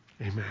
Amen